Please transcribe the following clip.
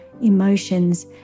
emotions